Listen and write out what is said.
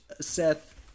Seth